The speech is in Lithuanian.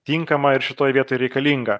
tinkama ir šitoj vietoj reikalinga